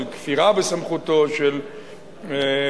של כפירה בסמכותו של בית-המשפט.